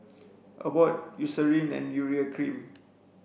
Abbott Eucerin and Urea cream